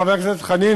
חבר הכנסת חנין,